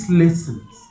lessons